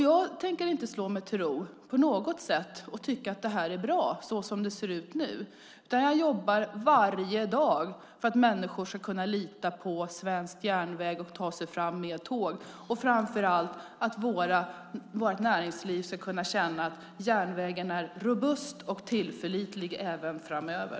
Jag tänker inte slå mig till ro på något sätt och tycka att det är bra så som det ser ut nu, utan jag jobbar varje dag för att människor ska kunna lita på svensk järnväg och ta sig fram med tåg, och framför allt, för att vårt näringsliv ska kunna känna att järnvägen är robust och tillförlitlig även framöver.